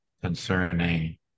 concerning